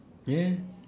ya